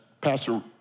Pastor